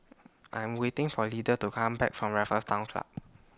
I Am waiting For Lydell to Come Back from Raffles Town Club